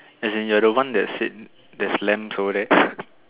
as in you're the one that said there's lambs over there